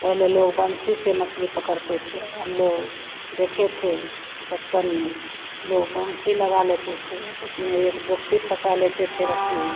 पहले लोग बन्शी से मछली पकड़ते थे हमलोग देखे थे बचपन में लोग बन्शी लगा लेते थे उसमें एक जोगटी फँसा लेते थे रस्सी में